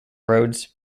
roads